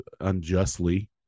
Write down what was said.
unjustly